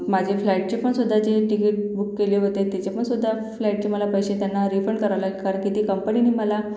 माझे फ्लाईटचीपण सुद्धा जी टिकीट बुक केले होते त्याचेपण सुद्धा फ्लाईटचे मला पैसे त्यांना रिफंड करावे लागले कारण की ते कंपनीने मला